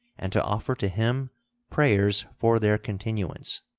and to offer to him prayers for their continuance.